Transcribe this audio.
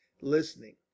listening